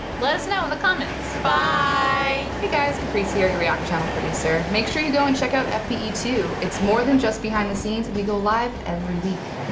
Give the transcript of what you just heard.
let us know in the comments. bye. bye. hey guys, caprice here, your react channel producer. make sure you go and check out f b e two. it's more than just behind the scenes. we go live every week.